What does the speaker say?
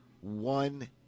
One